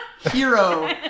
Hero